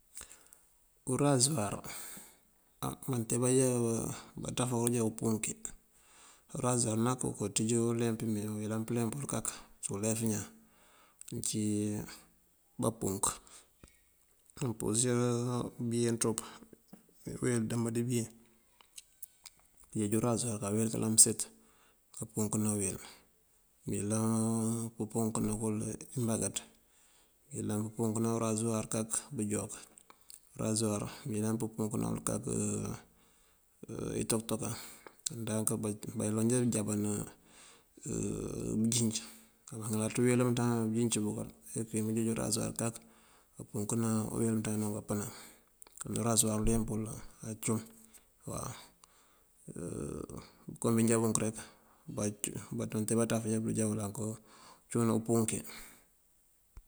Urazuwar, á mantee banjá baţaf jee umpunki. Urazuwar nak okooţíj uleemp uwí mee ayëlan pëleemp kak ţí ulef ñaan uncí bampunk. Mëmpurësir been ţop, uweelu dëmb dí been, kënjeeji urazuwar kawel kalaŋëset këmpunkëna uweel. Mëyëlan pëmpunkëna kul imbakaţ, mëyëlan pëmpunkëna kak urazuwar bënjúwak, urazuwar mëyëlan pëmpunkëna kak intokëtokan. Ndank baloŋ já bujá bënjában bënjëc, baŋalaţ uweel umënţandana wun dí bënjinc bëkël ajá bunjeej urazuwar kak kampunkëna uweel umënţandana wun kampënan. Urazuwar uleemp wul acum waw. kom bí já bunk rek maŋ tee baţaf ajá bunjá cíwun umpunki.